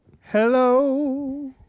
Hello